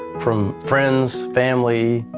from friends, family,